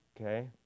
okay